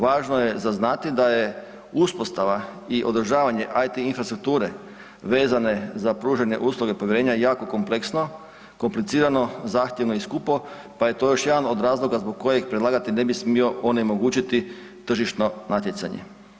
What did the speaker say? Važno je za znati da je uspostava i održavanje IT infrastrukture vezane za pružanje usluge povjerenja jako kompleksno, komplicirano, zahtjevno i skupo, pa je to još jedan od razloga zbog kojeg predlagatelj ne bi smio onemogućiti tržišno natjecanje.